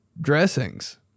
Dressings